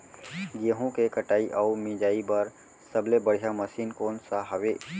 गेहूँ के कटाई अऊ मिंजाई बर सबले बढ़िया मशीन कोन सा हवये?